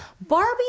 Barbie